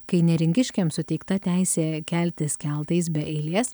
kai neringiškiams suteikta teisė keltis keltais be eilės